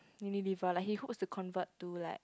unilever like he hopes to convert to like